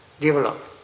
develop